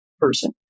person